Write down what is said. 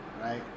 right